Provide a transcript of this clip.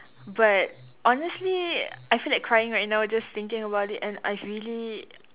but honestly I feel like crying right now just thinking about it and I really